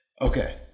Okay